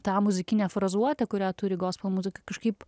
tą muzikinę frazuotę kurią turi gospel muzika kažkaip